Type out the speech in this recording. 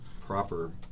proper